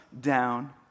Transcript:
down